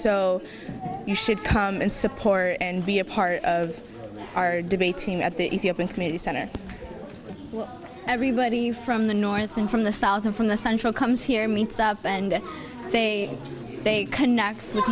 so you should come and support and be a part of our debate team at the ethiopian community center everybody from the north and from the south and from the central comes here and they they connect with